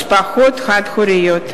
משפחות חד-הוריות.